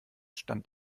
stand